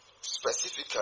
specifically